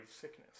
sickness